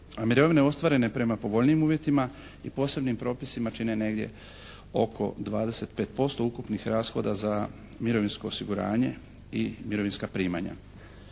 a mirovine ostvarene prema povoljnijim uvjetima i posebnim propisima čine negdje oko 25% ukupnih rashoda za mirovinsko osiguranje i mirovinska primanja.